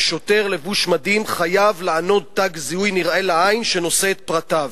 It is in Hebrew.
ושוטר לבוש מדים חייב לענוד תג זיהוי נראה לעין שנושא את פרטיו.